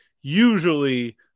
usually